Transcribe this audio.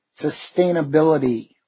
sustainability